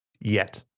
yet.